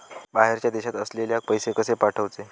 बाहेरच्या देशात असलेल्याक पैसे कसे पाठवचे?